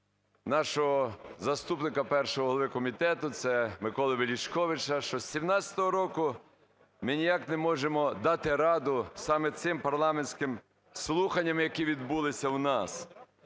нашого заступника, першого, голови комітету, це Миколи Величковича, що з 17-го року ми ніяк не можемо дати раду саме цим парламентським слуханням, які відбулися у нас.